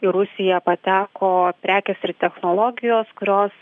į rusiją pateko prekės ir technologijos kurios